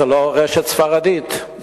זה לא רשת ספרדית?